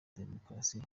demokarasi